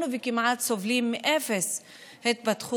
אנחנו סובלים כמעט מאפס התפתחות,